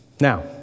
Now